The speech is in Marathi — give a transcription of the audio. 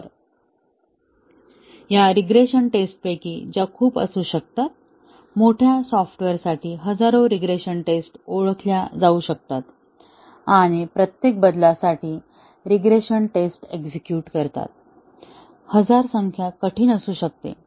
तर या रीग्रेशन टेस्ट पैकी ज्या खूप असू शकतात मोठ्या सॉफ्टवेअरसाठी हजारो रीग्रेशन टेस्ट ओळखल्या जाऊ शकतात आणि प्रत्येक बदलासाठी रीग्रेशन टेस्ट एक्झेक्युट करतात हजार संख्या कठीण असू शकते